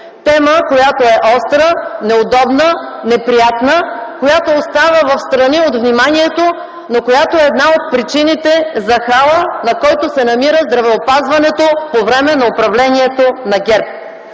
тема, която е остра, неудобна, неприятна, която остава встрани от вниманието, но която е една от причините за хала, на който се намира здравеопазването по време на управлението на ГЕРБ.